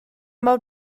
mor